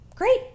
great